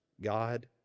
God